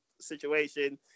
situation